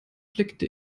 blickte